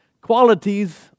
qualities